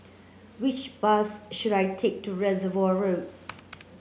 which bus should I take to Reservoir Road